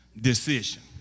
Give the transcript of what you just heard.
decision